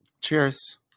Cheers